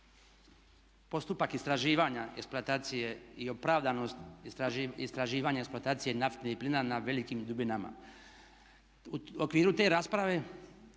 "Postupak istraživanja eksploatacije i opravdanost istraživanja eksploatacije nafte i plina na velikim dubinama. U okviru te rasprave